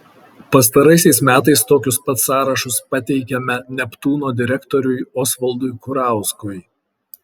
pastaraisiais metais tokius pat sąrašus pateikiame neptūno direktoriui osvaldui kurauskui